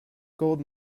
gold